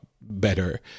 better